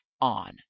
on